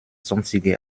sonstige